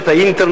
התקציב.